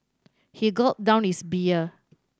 he gulped down his beer